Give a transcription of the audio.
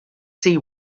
sea